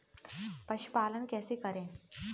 पशुपालन कैसे करें?